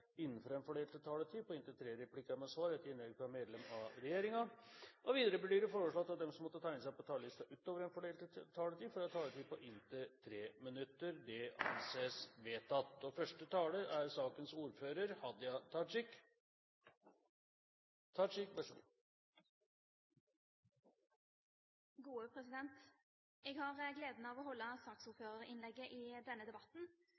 på inntil tre replikker med svar etter innlegg fra medlem av regjeringen innenfor den fordelte taletid. Videre blir det foreslått at de som måtte tegne seg på talerlisten utover den fordelte taletid, får en taletid på inntil 3 minutter. – Det anses vedtatt. Jeg har gleden av å holde saksordførerinnlegget i denne debatten, da representanten Anna Ljunggren, som opprinnelig var saksordfører, har